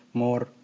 more